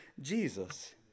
Jesus